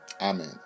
Amen